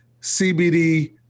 CBD